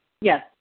Yes